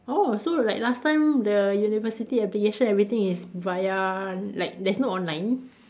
orh so like last time the university application everything is via like there's no online